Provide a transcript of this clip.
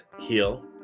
heal